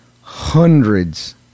hundreds